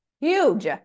huge